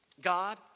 God